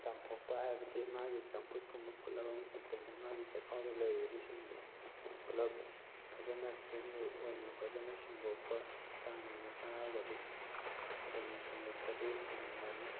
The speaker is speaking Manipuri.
ꯆꯥꯝꯊꯣꯛꯄ ꯍꯥꯏꯕꯗꯤ ꯃꯥꯒꯤ ꯆꯝꯐꯨꯠꯀꯨꯝꯕ ꯐꯨꯠꯂꯕ ꯃꯇꯝꯗ ꯃꯥꯒꯤ ꯆꯈꯥꯎꯗ ꯂꯩꯔꯤꯕꯁꯤꯡꯗꯣ ꯄꯨꯂꯞ ꯐꯖꯅ ꯀ꯭ꯂꯤꯟ ꯑꯣꯏꯅ ꯐꯖꯅ ꯁꯦꯡꯗꯣꯛꯄ ꯆꯥꯡ ꯅꯥꯏꯅ ꯆꯥꯔꯒꯗꯤ ꯑꯗꯨꯝ ꯁꯦꯡꯗꯣꯛꯄꯗꯨ ꯑꯗꯨꯝ ꯉꯝꯃꯤ